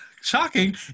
Shocking